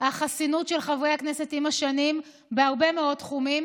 החסינות של חברי הכנסת עם השנים בהרבה מאוד תחומים,